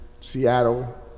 Seattle